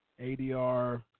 ADR